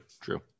true